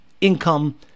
income